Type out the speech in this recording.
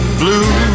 blue